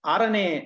Arane